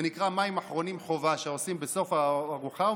זה נקרא מים אחרונים חובה, שעושים בסוף הארוחה.